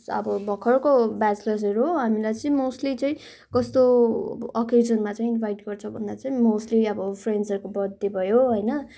अब भर्खरको ब्याचलर्सहरू हो हामीलाई चाहिँ मोस्टली चाहिँ कस्तो अकेजनमा चाहिँ इनभाइट गर्छ भन्दा चाहिँ मोस्टली अब फ्रेन्ड्सहरूको बर्थडे भयो होइन